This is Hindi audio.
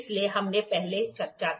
इसलिए हमने पहले चर्चा की